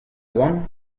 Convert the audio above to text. goan